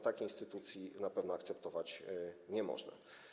Takiej instytucji na pewno akceptować nie można.